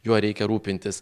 juo reikia rūpintis